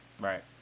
right